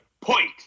point